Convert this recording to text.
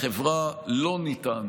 לחברה לא ניתן